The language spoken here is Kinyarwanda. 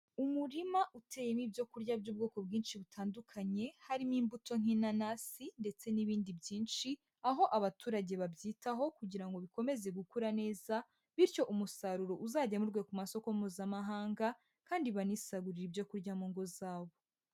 Umurima uteye n'ibyokurya by'ubwoko bwinshi butandukanye harimo imbuto nk'inanasi ndetse n'ibindi byinshi, aho abaturage babyitaho kugira ngo bikomeze gukura neza, bityo umusaruro uzagemurwe ku masoko mpuzamahanga kandi banisagurire ibyo kurya mu ngo zabo.